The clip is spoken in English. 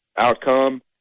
outcome